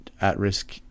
at-risk